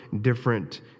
different